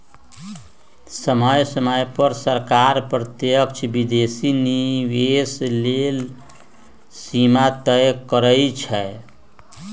समय समय पर सरकार प्रत्यक्ष विदेशी निवेश लेल सीमा तय करइ छै